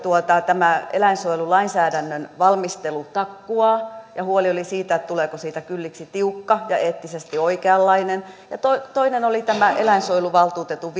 tämä eläinsuojelulainsäädännön valmistelu takkuaa ja huoli oli siitä tuleeko siitä kylliksi tiukka ja eettisesti oikeanlainen ja toinen oli tämä eläinsuojeluvaltuutetun